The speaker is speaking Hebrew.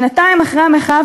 שנתיים אחרי המחאה,